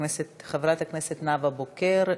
חברת הכנסת נאוה בוקר,